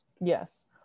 Yes